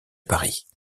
paris